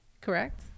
correct